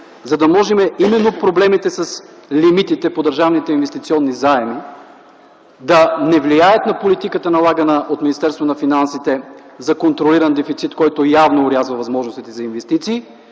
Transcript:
за да може именно проблемите с лимитите по държавните инвестиционни заеми да не влияят на политиката, налагана от Министерството на финансите за контролиран дефицит, който явно орязва възможностите за инвестиции?